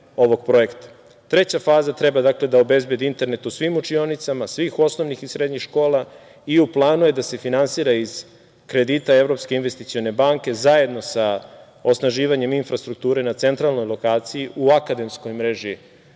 Treća faza treba da obezbedi internet u svim učionicama, svih osnovnih i srednjih škola i u planu je da se finansira iz kredita Evropske investicione banke zajedno sa osnaživanjem infrastrukture na centralnoj lokaciji u akademskoj mreži